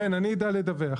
כן, אני אדע לדווח.